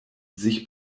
sich